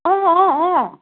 অঁ অঁ অঁ